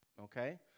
okay